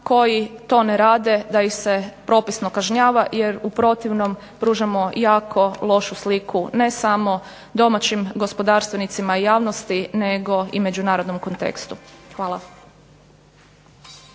koji to ne rade da ih se propisno kažnjava, jer u protivnom pružamo jako lošu sliku ne samo domaćim gospodarstvenicima i javnosti nego i međunarodnom kontekstu. Hvala.